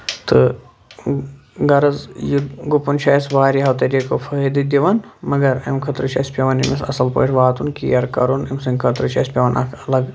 تہٕ غرض یہِ گُپن چھُ اسہِ واریہو طٔریٖقو فٲیدٕ دِوان مگر امہِ خٲطرِ چھِ اسہِ پیٚوان أمِس اصل پٲٹھۍ واتُن کیر کرُن أمۍ سٕنٛدِ خٲطرٕ چھُ اسہِ پیٚوان اکھ الگ